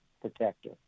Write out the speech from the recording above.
protector